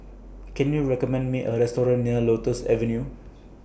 Can YOU recommend Me A Restaurant near Lotus Avenue